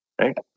Right